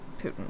putin